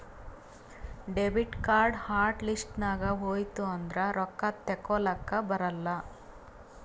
debit card hot list ನಾಗ್ ಹೋಯ್ತು ಅಂದುರ್ ರೊಕ್ಕಾ ತೇಕೊಲಕ್ ಬರಲ್ಲ